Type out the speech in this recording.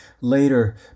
Later